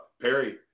perry